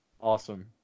Awesome